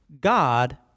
God